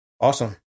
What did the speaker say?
Awesome